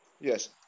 Yes